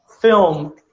film